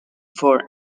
for